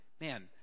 man